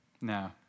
No